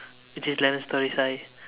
which is eleven stories high